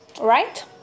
right